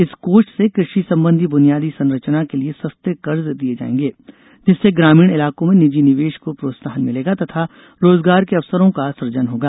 इस कोष से कृषि संबंधी ब्रनियादी संरचना के लिए संस्ते कर्ज दिए जाएंगे जिससे ग्रामीण इलाको में निजी निवेश को प्रोत्साहन मिलेगा तथा रोजगार के अवसरों का सुजन होगा